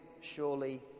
surely